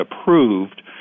approved